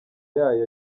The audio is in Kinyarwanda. yayo